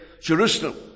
Jerusalem